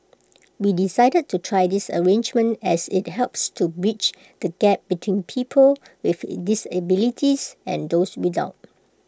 we decided to try this arrangement as IT helps to bridge the gap between people with disabilities and those without